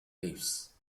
leaves